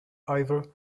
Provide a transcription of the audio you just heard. ivor